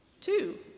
Two